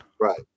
right